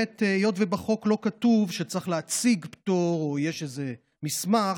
היות שבחוק לא כתוב שצריך להציג פטור או שיש איזשהו מסמך,